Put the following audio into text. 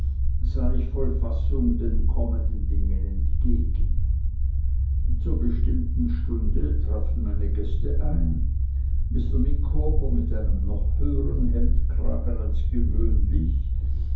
ich voll fassung den kommenden dingen entgegen zur bestimmten stunde trafen meine drei gäste ein mr micawber mit einem noch höhern hemdkragen als gewöhnlich